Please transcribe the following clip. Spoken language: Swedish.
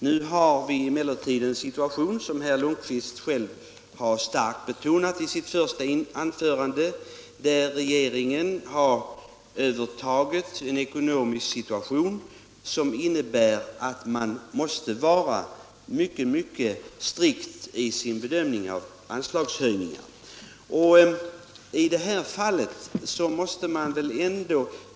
Nu är vi emellertid i den situationen — som herr Lundkvist starkt betonat i sitt första anförande — att regeringen har övertagit en ekonomi som innebär att man måste vara mycket strikt i sin bedömning av anslagshöjningar.